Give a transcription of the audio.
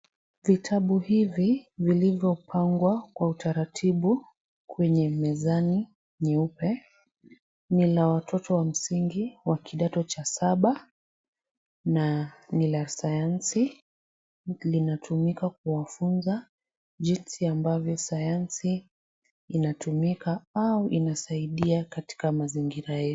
Vitabu hivi vilivyopangwa kwa utaratibu kwenye mezani nyeupe ni la watoto wa msingi wa kidato cha saba na ni la sayansi. Linatumika kuwafunza jinsi ambavyo sayansi inatumika au inasaidia katika mazingira hii.